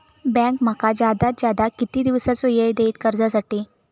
Bank माका जादात जादा किती दिवसाचो येळ देयीत कर्जासाठी?